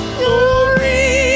glory